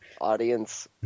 audience